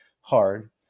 hard